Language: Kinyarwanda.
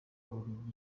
buri